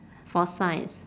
for science